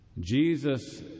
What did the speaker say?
Jesus